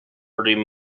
already